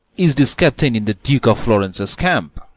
is this captain in the duke of florence's camp?